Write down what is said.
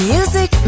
Music